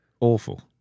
awful